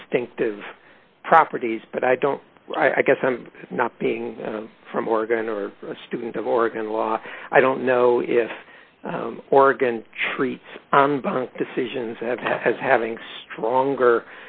distinctive properties but i don't i guess i'm not being from oregon or student of oregon law i don't know if organ treats decisions as having stronger